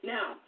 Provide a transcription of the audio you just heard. Now